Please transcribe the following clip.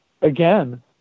Again